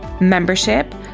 membership